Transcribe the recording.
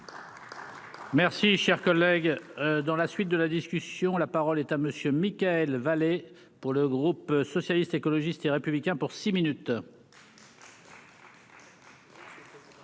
Merci, cher collègue, dans la suite de la discussion, la parole est à monsieur Michael pour le groupe socialiste, écologiste et républicain pour six minutes.